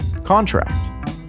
contract